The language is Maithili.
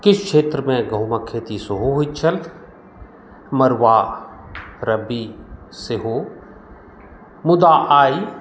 किछु क्षेत्रमे गहुँमक खेती सेहो होइत छल मड़ुआ रब्बी सेहो मुदा आइ